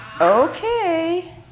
Okay